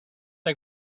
are